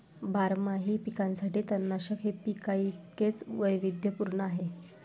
बारमाही पिकांसाठी तणनाशक हे पिकांइतकेच वैविध्यपूर्ण आहे